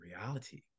reality